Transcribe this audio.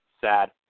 sad